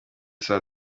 saa